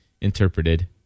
interpreted